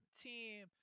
team